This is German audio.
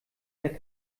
der